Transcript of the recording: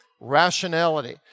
Rationality